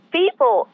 people